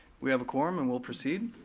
we have a quorum and will proceed.